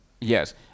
Yes